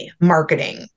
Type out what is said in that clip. marketing